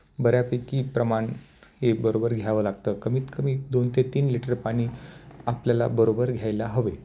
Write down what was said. बऱ्यापैकी प्रमाण हे बरोबर घ्यावं लागतं कमीतकमी दोन ते तीन लिटर पाणी आपल्याला बरोबर घ्यायला हवे